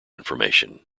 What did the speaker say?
information